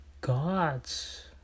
gods